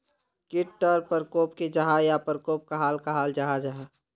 कीट टर परकोप की जाहा या परकोप कहाक कहाल जाहा जाहा?